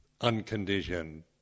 unconditioned